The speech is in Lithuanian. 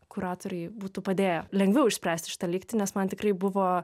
kuratorei būtų padėję lengviau išspręsti šitą lygtį nes man tikrai buvo